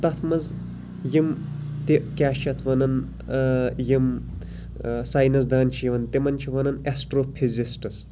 تَتھ مَنٛز یِم تہِ کیاہ چھِ یَتھ وَنان یِم ساینَس دان چھِ یِوان تِمَن چھِ وَنان ایٚسٹرو فزِسٹٕس